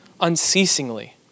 unceasingly